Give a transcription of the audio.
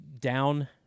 down